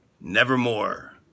nevermore